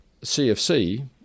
CFC